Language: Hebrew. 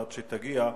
עד שתגיע,